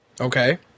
Okay